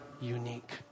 unique